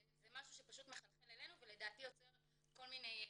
זה משהו שפשוט מחלחל אלינו ולדעתי יוצר כל מיני חששות.